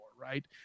right